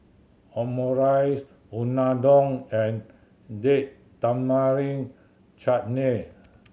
Omurice Unadon and Date Tamarind Chutney